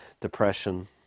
depression